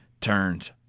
turns